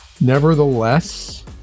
Nevertheless